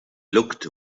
looked